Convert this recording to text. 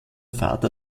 vater